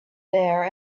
there